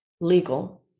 legal